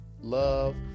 love